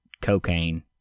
cocaine